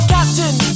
Captain